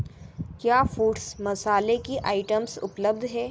क्या फूड्स मसाले की आइटम्स उपलब्ध हैं